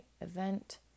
event